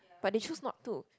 but they choose not to